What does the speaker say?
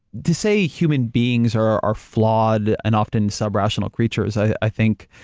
to say human beings are are flawed and often sub-rational creatures, i think,